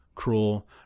cruel